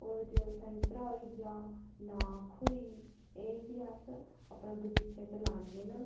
होर संतरा होई गेआ नाख होई ई एह् बी अस अपने बगीचे च लान्ने न